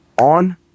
on